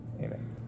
Amen